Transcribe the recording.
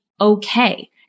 okay